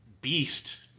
beast